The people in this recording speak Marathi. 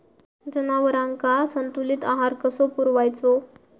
जनावरांका संतुलित आहार कसो पुरवायचो?